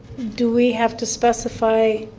do we have to specify